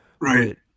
right